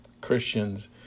Christians